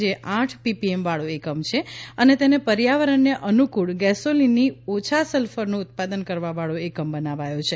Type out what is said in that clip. જે આઠ પીપીએમ વાળો એકમ છે અને તેને પર્યાવરણને અનુકુળ ગૈસોલીનની ઓછા સલ્ફરનું ઉત્પાદન કરવાવાળો એકમ બનાવાયો છે